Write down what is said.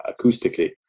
acoustically